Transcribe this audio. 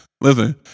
Listen